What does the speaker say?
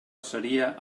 seria